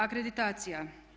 Akreditacija.